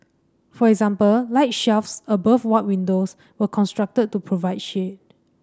for example light shelves above ward windows were constructed to provide shade